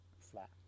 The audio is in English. flat